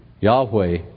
Yahweh